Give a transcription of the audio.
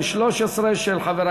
רבותי,